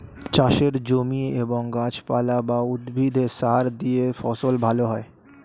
চাষের জমি এবং গাছপালা বা উদ্ভিদে সার দিলে ফসল ভালো হয়